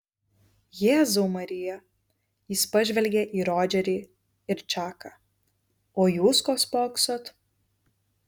jėzau marija jis pažvelgė į rodžerį ir čaką o jūs ko spoksot